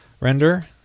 Render